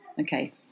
Okay